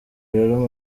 rero